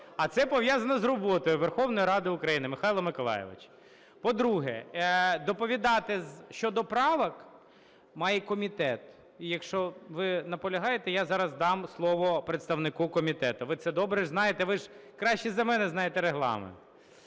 а це пов'язано з роботою Верховної Ради України, Михайле Миколайовичу. По-друге, доповідати щодо правок має комітет, і якщо ви наполягаєте я зараз дам слово представнику комітету, ви це добре знаєте, ви ж краще за мене знаєте Регламент.